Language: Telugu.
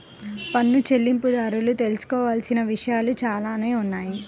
పన్ను చెల్లింపుదారులు తెలుసుకోవాల్సిన విషయాలు చాలానే ఉంటాయి